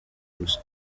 gusa